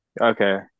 Okay